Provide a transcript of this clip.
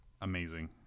amazing